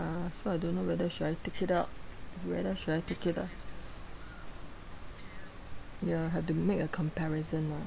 uh so I don't know whether should I take it out whether should I take it out ya have to make a comparison lah